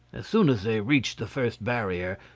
as soon as they reached the first barrier,